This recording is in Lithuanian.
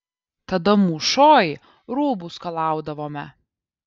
tada mūšoj rūbus skalaudavome